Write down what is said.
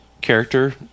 character